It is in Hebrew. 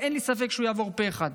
ואין לי ספק שהוא יעבור פה אחד.